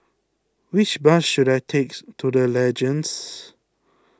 which bus should I takes to the Legends